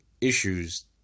issues